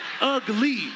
ugly